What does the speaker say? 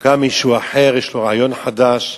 קם מישהו אחר, יש לו רעיון חדש.